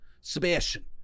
Sebastian